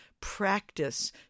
practice